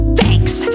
thanks